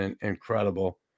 incredible